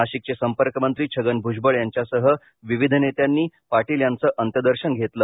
नाशिकचे संपर्कमंत्री छगन भूजबळ यांच्यासह विविध नेत्यांनी पाटील यांचे अंत्यदर्शन घेतले